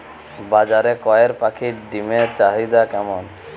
বাজারে কয়ের পাখীর ডিমের চাহিদা কেমন?